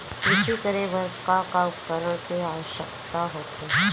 कृषि करे बर का का उपकरण के आवश्यकता होथे?